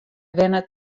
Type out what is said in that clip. wennet